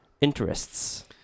interests